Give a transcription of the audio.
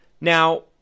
Now